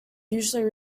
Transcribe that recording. usually